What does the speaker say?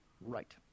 Right